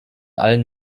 allen